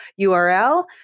URL